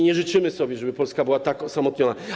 Nie życzymy sobie, żeby Polska była tak osamotniona.